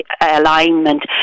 alignment